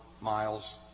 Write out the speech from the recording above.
miles